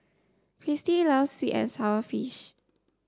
Christie loves sweet and sour fish